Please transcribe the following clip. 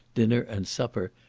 dinner and supper,